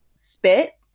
spit